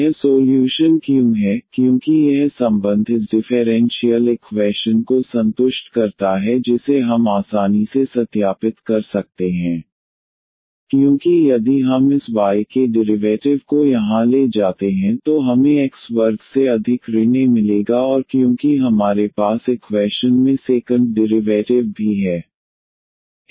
यह सोल्यूशन क्यों है क्योंकि यह संबंध इस डिफेरेंशीयल इक्वैशन को संतुष्ट करता है जिसे हम आसानी से सत्यापित कर सकते हैं क्योंकि यदि हम इस y के डिरिवैटिव को यहां ले जाते हैं तो हमें x वर्ग से अधिक ऋण ए मिलेगा और क्योंकि हमारे पास इक्वैशन में सेकंड डिरिवैटिव भी है